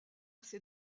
ses